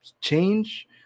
change